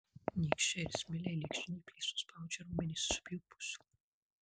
nykščiai ir smiliai lyg žnyplės suspaudžia raumenis iš abiejų pusių